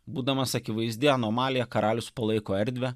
būdamas akivaizdi anomalija karalius palaiko erdvę